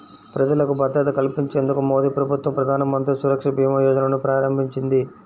ప్రజలకు భద్రత కల్పించేందుకు మోదీప్రభుత్వం ప్రధానమంత్రి సురక్షభీమాయోజనను ప్రారంభించింది